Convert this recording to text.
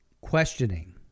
questioning